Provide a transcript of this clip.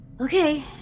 Okay